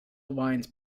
wines